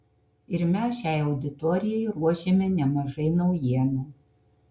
ir mes šiai auditorijai ruošiame nemažai naujienų